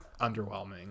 underwhelming